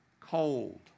cold